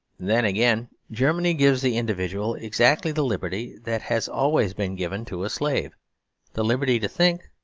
then again, germany gives the individual exactly the liberty that has always been given to a slave the liberty to think,